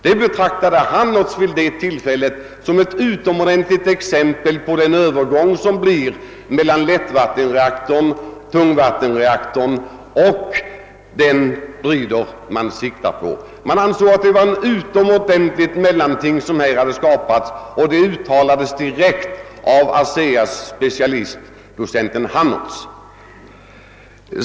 Det betraktade Hannerz vid det tillfället som ett utomordentligt exempel på en nyskapelse för övergången mellan lättvattenreaktorn, tungvattenreaktorn och den bridreaktor man siktar på. Han ansåg att det var ett utomordentligt mellanting som här hade skapats, och detta uttalades alltså av ASEA:s specialist, docenten Hannerz.